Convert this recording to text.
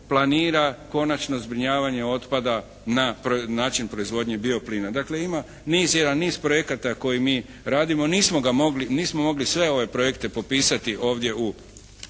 planira konačno zbrinjavanje otpada na način proizvodnje bio plina. Dakle ima jedan niz projekata koje mi radimo, nismo mogli sve ove projekte popisati ovdje u